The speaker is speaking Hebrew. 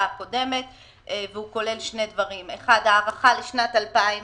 הקודמת והוא כולל שני דברים: הארכה לשנת 2020